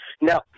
Now